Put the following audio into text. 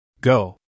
Go